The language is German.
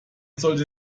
sollte